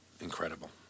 Incredible